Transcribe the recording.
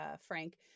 frank